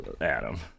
Adam